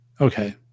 Okay